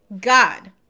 God